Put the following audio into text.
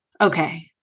Okay